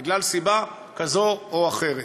בגלל סיבה כזאת או אחרת.